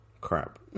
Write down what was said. Crap